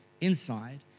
inside